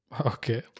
Okay